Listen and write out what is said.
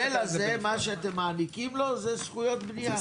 במודל הזה מה שאתם מעניקים לו זה זכויות בניה.